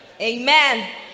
Amen